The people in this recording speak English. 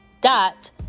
dot